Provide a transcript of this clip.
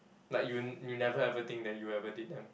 like you'll you never ever think that you ever date them